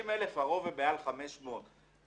הרוב מעל 500 שקלים.